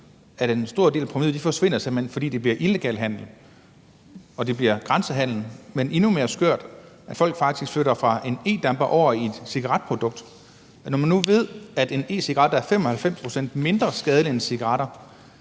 at en stor del af provenuet simpelt hen forsvinder, fordi der bliver illegal handel og der bliver grænsehandel, men det er faktisk endnu mere skørt, at folk flytter fra en e-damper over i et cigaretprodukt. Når man nu ved, at e-cigaretter er 95 pct. mindre skadelige end cigaretter,